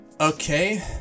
Okay